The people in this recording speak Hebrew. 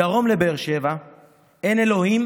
מדרום לבאר שבע אין אלוהים